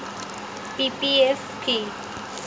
PPF কি?